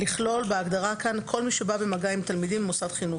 לכלול בהגדרה כאן כל מי שבא במגע עם תלמידים במוסד חינוך,